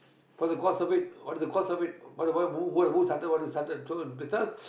for the cause of it what is the cause of it what what the who started what they started so this all